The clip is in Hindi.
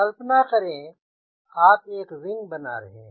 कल्पना करें कि आप एक विंग बना रहे हैं